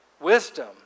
Wisdom